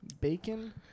bacon